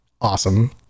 awesome